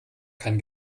kann